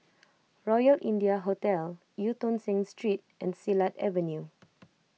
Royal India Hotel Eu Tong Sen Street and Silat Avenue